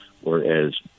Whereas